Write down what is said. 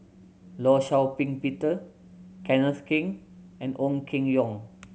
Law Shau Ping Peter Kenneth Keng and Ong Keng Yong